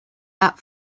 out